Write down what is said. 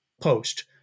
post